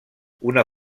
una